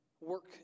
work